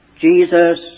Jesus